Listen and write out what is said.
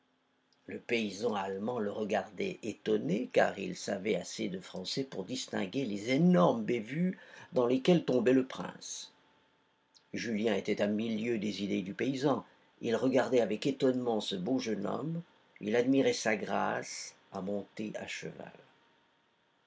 le paysan allemand le regardait étonné car il savait assez de français pour distinguer les énormes bévues dans lesquelles tombait le prince julien était à mille lieues des idées du paysan il regardait avec étonnement ce beau jeune homme il admirait sa grâce à monter à cheval